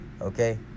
okay